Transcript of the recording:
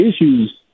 issues